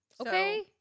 Okay